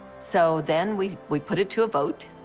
so then we we put it to a vote.